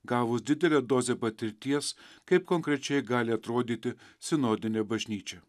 gavus didelę dozę patirties kaip konkrečiai gali atrodyti sinodinė bažnyčia